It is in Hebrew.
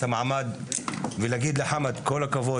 את המעמד ולהגיד לחמד כל הכבוד,